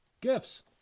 gifts